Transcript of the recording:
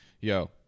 Yo